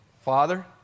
Father